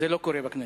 זה לא קורה בכנסת.